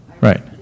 Right